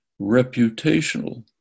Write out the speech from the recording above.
reputational